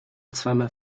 zweimal